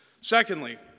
Secondly